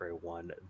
One